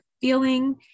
feeling